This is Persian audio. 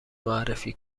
معرفی